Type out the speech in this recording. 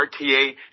RTA